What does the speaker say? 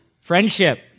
friendship